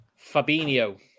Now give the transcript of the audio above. Fabinho